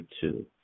two